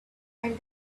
and